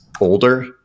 older